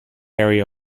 area